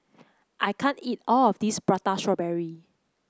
I can't eat all of this Prata Strawberry